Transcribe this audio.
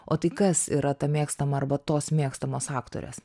o tai kas yra ta mėgstama arba tos mėgstamos aktorės